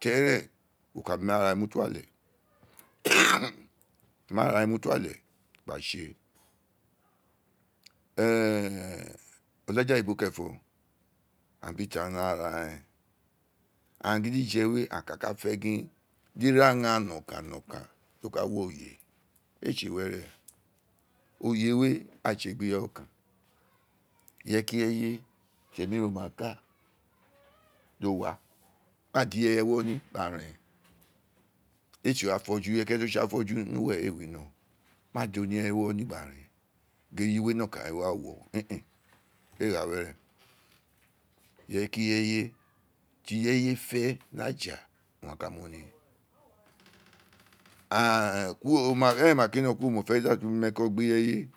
Ti eren mo ka mu arare mu tu ale mu ara re mu tu ate gba tse ee o̦laja oyibo kerenfo̦ aghaan bi ti aa ghaan aghaan yidije we aghaan ka ka fe gin di iraran no kan ka no̦kan do ka wo̦ oye ee tse were oye we aa tse gbi gbi ireye o̦kan ireyeki ireye ti emi ro ma ka do wa aa ii ireye ewo ni gba ren ee tsi afo̦ju to ri ireye ki ireye ti o tsi afo̦ju nu we ee wino ma da oniye ewo̦ nii gba ren ee isi afoju ireye ki ireye ti o tsi afo̦ju nu meren ee wino̦ ma di oniye ewo̦ ni gba re gin eyiwe no̦ kan owun re wa wo do gha were ireye ki ireye ti ireye fe ni aja owun a ka mu ni eren ma ku no̦ kuro mofe da tun mi eke gbi ireye